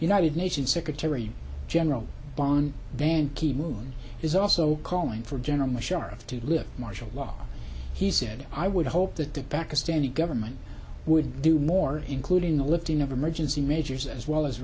united nations secretary general ban ki moon he's also calling for general musharraf to lift martial law he said i would hope that the pakistani government would do more including the lifting of emergency measures as well as